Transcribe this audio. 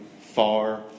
far